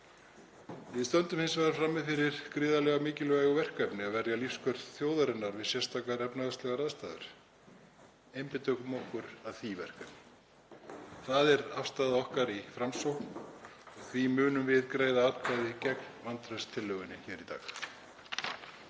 stöndum hins vegar frammi fyrir gríðarlega mikilvægu verkefni, að verja lífskjör þjóðarinnar við sérstakar efnahagslegar aðstæður. Einbeitum okkur að því verkefni. Það er afstaða okkar í Framsókn og því munum við greiða atkvæði gegn vantrauststillögunni hér í dag.